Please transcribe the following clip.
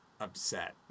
upset